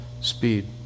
speed